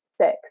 six